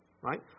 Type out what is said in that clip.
right